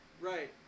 Right